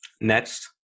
Next